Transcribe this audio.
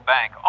Bank